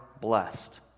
blessed